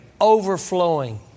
overflowing